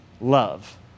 love